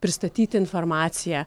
pristatyti informaciją